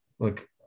Look